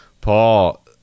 Paul